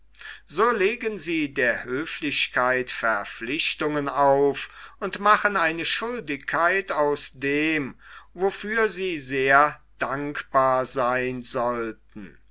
so legen sie der höflichkeit verpflichtungen auf und machen eine schuldigkeit aus dem wofür sie sehr dankbar seyn sollten